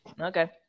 Okay